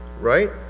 Right